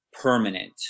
permanent